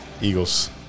Eagles